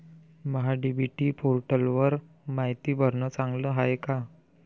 महा DBT पोर्टलवर मायती भरनं चांगलं हाये का?